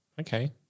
Okay